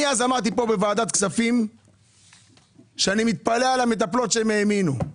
אני אז אמרתי פה בוועדת כספים שאני מתפלא על המטפלות שהן האמינו.